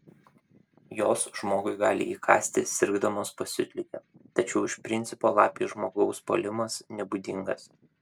jos žmogui gali įkasti sirgdamos pasiutlige tačiau iš principo lapei žmogaus puolimas nebūdingas